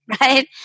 right